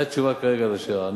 זאת התשובה כרגע על השאלות.